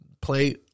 play